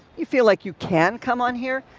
you feel like you can come on here.